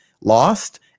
lost